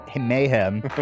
mayhem